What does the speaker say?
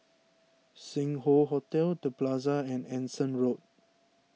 Sing Hoe Hotel the Plaza and Anson Road